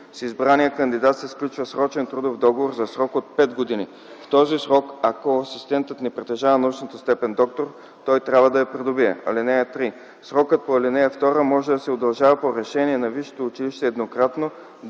С избрания кандидат се сключва срочен трудов договор за срок от пет години. В този срок, ако асистентът не притежава научната степен „доктор”, той трябва да я придобие. (3) Срокът по ал. 2 може да се удължава по решение на висшето училище еднократно,